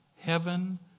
heaven